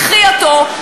קחי אותו,